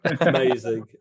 Amazing